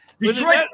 Detroit